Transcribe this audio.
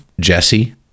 Jesse